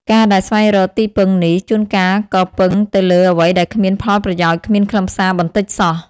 ការដែលស្វែងរកទីពឹងនេះ ជួនកាលក៏ពឹងទៅលើអ្វីដែលគ្មានផលប្រយោជន៍គ្មានខ្លឹមសារបន្តិចសោះ ។